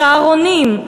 צהרונים,